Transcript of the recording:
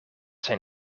zijn